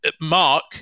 Mark